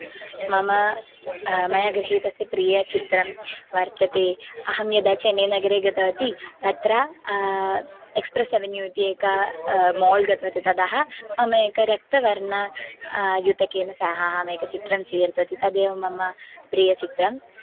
मम मया गृहीतस्य प्रियचित्रं वर्तते अहं यदा चेन्नैनगरे गतवती तत्र एक्स्प्रेस् अवेन्यू इति एकं मोळ् गतवती ततः मम एकं रक्तवर्णस्य युतकेन सह अहमेकं चित्रं स्वीकृतवती तदेव मम प्रियचित्रम्